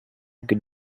good